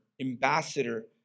ambassador